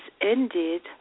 ended